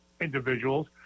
individuals